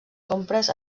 compres